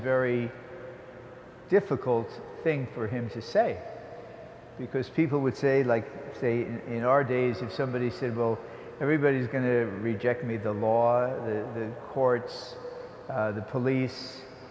very difficult thing for him to say because people would say like in our days if somebody said well everybody's going to reject me the law the courts the police